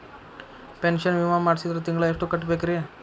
Pension ವಿಮಾ ಮಾಡ್ಸಿದ್ರ ತಿಂಗಳ ಎಷ್ಟು ಕಟ್ಬೇಕ್ರಿ?